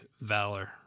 Valor